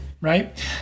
right